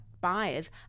Buyers